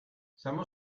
siamo